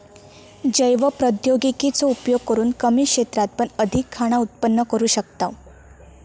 जैव प्रौद्योगिकी चो उपयोग करून कमी क्षेत्रात पण अधिक खाना उत्पन्न करू शकताव